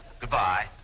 Goodbye